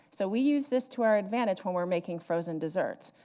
so we use this to our advantage when we're making frozen desserts.